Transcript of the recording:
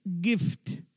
gift